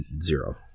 Zero